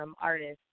artists